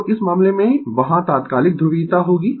तो इस मामले में वहां तात्कालिक ध्रुवीयता होगी